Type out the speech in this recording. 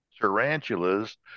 tarantulas